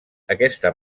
aquesta